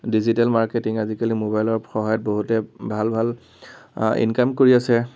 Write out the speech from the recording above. digital marketing আজিকালি ম'বাইলৰ সহায়ত বহুতে ভাল ভাল ইনকাম কৰি আছে